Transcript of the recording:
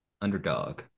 underdog